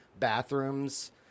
Bathrooms